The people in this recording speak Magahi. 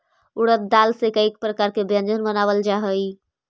उड़द दाल से कईक प्रकार के व्यंजन बनावल जा हई